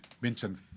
mentioned